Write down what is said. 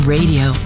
Radio